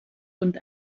und